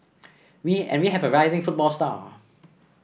we and we have a rising football star